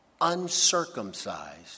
uncircumcised